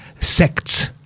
sects